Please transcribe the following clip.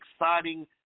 exciting